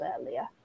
earlier